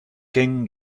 can